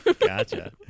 Gotcha